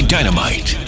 Dynamite